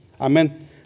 Amen